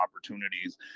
opportunities